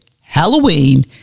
Halloween